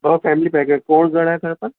ॿ family pack कोन घणा खपनि